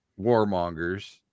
warmongers